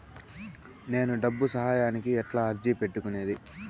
నేను డబ్బు సహాయానికి ఎట్లా అర్జీ పెట్టుకునేది?